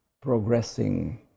progressing